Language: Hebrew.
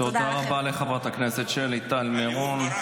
תודה לחברת הכנסת שלי טל מירון.